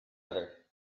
other